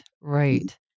right